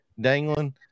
dangling